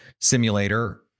Simulator